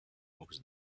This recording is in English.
walks